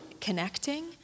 connecting